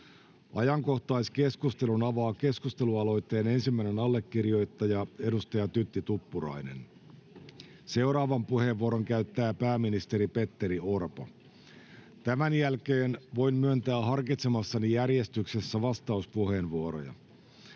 Ajankohtaiskeskustelun avaa keskustelualoitteen ensimmäinen allekirjoittaja edustaja Tytti Tuppurainen. Seuraavan puheenvuoron käyttää pääministeri Petteri Orpo. Tämän jälkeen voin myöntää harkitsemassani järjestyksessä vastauspuheenvuoroja.